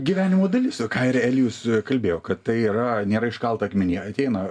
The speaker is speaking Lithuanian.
gyvenimo dalis va ką ir elijus kalbėjo kad tai yra nėra iškalta akmenyje ateina